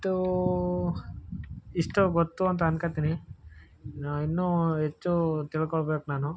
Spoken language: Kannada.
ಇಷ್ಟು ಇಷ್ಟು ಗೊತ್ತು ಅಂತ ಅನ್ಕೋತೀನಿ ಇನ್ನೂ ಹೆಚ್ಚು ತಿಳ್ಕೊಬೇಕು ನಾನು